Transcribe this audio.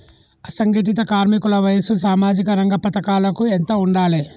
అసంఘటిత కార్మికుల వయసు సామాజిక రంగ పథకాలకు ఎంత ఉండాలే?